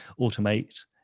Automate